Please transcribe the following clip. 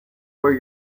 where